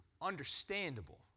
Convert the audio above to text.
understandable